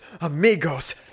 amigos